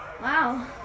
Wow